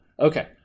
okay